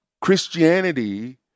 Christianity